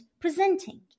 presenting